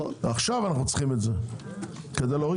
עכשיו אנחנו צריכים את זה כדי להוריד